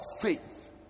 faith